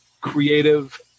creative